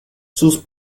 sus